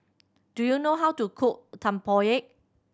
do you know how to cook Tempoyak